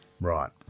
Right